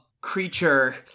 creature